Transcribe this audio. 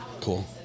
cool